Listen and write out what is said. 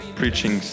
preaching